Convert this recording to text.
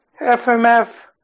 FMF